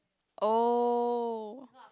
oh